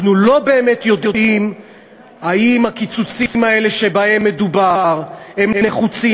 אנחנו לא באמת יודעים אם הקיצוצים האלה שבהם מדובר הם נחוצים,